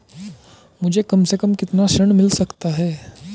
मुझे कम से कम कितना ऋण मिल सकता है?